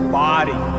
body